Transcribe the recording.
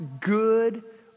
good